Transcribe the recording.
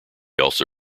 also